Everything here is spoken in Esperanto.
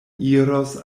iros